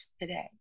today